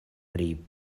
pri